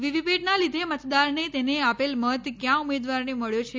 વીવીપેટનાં લીધે મતદારને તેને આપેલ મત ક્યાં ઉમેદવારને મળ્યો છે